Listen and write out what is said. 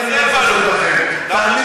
אתה מזלזל בנו, יואל.